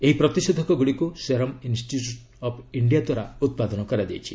ଏହି ପ୍ରତିଷେଧକଗୁଡ଼ିକୁ Serum Institute of India ଦ୍ୱାରା ଉତ୍ପାଦନ କରାଯାଇଛି